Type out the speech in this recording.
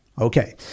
Okay